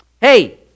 Hey